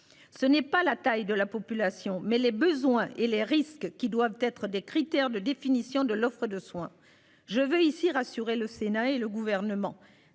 Ce n'est pas la taille de la population mais les besoins et les risques qui doivent être des critères de définition de l'offre de soins. Je veux ici rassurer le Sénat et le gouvernement,